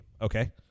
Okay